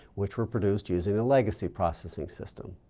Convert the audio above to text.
which were but used using the legacy processing system.